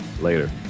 later